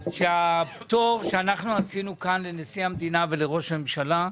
שהפטור שאנחנו עשינו כאן לנשיא המדינה ולראש הממשלה.